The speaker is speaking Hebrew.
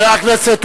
חבר הכנסת,